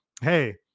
Hey